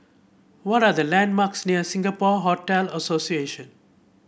what are the landmarks near Singapore Hotel Association